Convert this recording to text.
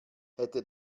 hätte